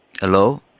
Hello